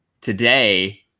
Today